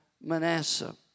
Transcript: Manasseh